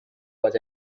was